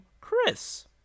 Chris